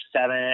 seven